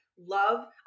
love